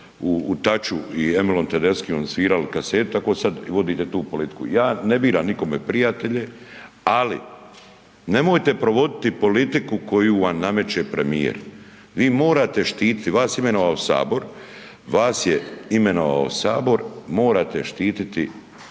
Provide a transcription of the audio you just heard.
u taču i Emilom Tedeshijem svirali kasete, tako i sada vodite tu politiku. Ja ne biram nikome prijatelje, ali nemojte provoditi politiku koju vam nameće premijer. Vi morate štititi, vas je imenovao Sabor, vas je